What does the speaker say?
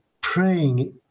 praying